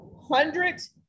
hundreds